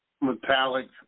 metallic